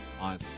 on